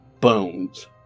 bones